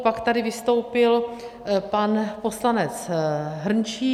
Pak tady vystoupil pan poslanec Hrnčíř.